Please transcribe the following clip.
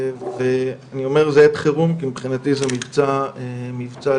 אני אומר זה עת חירום, כי מבחינתי זה מבצע לאומי.